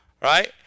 Right